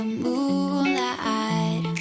moonlight